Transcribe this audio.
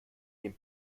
dem